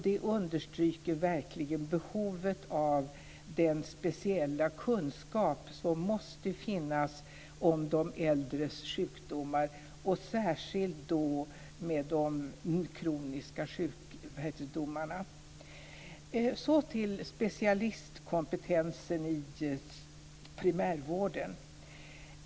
Det understryker verkligen behovet av den speciella kunskap som måste finnas om äldres sjukdomar och särskilt om de kroniska sjukdomarna. Så till specialistkompetensen i primärvården.